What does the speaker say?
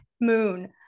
moon